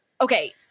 okay